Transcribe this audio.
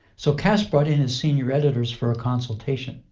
so kass brought in his senior editors for a consultation.